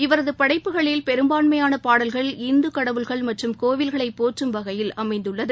இவரது படைப்புகளில் பெரும்பான்மையான பாடல்கள் இந்து கடவுள்கள் மற்றும் கோவில்களை போற்றும் வகையில் அமைந்துள்ளது